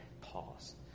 pause